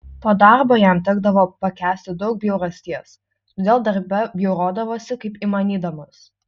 po darbo jam tekdavo pakęsti daug bjaurasties todėl darbe bjaurodavosi kaip įmanydamas